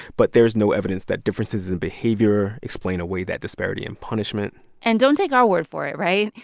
but there's no evidence that differences in behavior explain away that disparity in punishment and don't take our word for it, right?